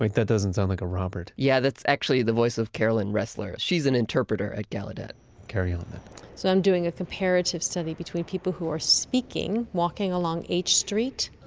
like that doesn't sound like a robert yeah that's actually the voice of carolyn ressler. she's an interpreter at gallaudet carry on then so i'm doing a comparative study between people who are speaking, walking along h street.